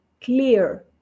clear